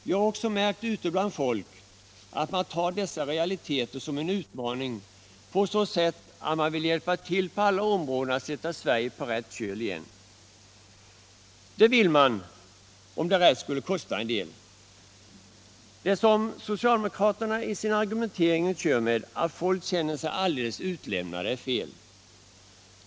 Jag har även märkt ute bland folk att man tar dessa realiteter som en utmaning på så sätt att man vill hjälpa till på alla områden att sätta Sverige på rät köl igen. Det vill man, även om det skall kosta en del. Det som socialdemokraterna i sin argumentering kör med, att människorna känner sig alldeles utlämnade, är fel.